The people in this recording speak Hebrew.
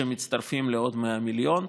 שמצטרפים לעוד 100 מיליון.